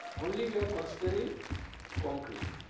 only we are considering concrete.